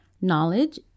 knowledge